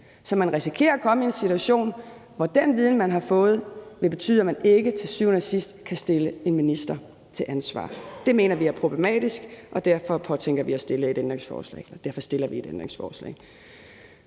Så man risikerer at komme i en situation, som vil betyde, at den viden, man har fået, til syvende og sidst ikke kan bruges til at stille en minister til ansvar. Det mener vi er problematisk, og derfor stiller vi et ændringsforslag